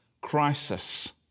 crisis